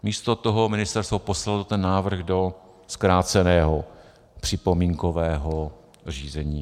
Místo toho ministerstvo poslalo ten návrh do zkráceného připomínkového řízení.